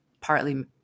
partly